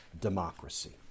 democracy